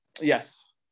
Yes